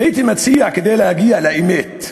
והייתי מציע, כדי להגיע לאמת,